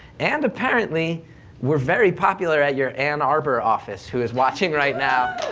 and apparently we're very popular at your ann arbor office who is watching right now.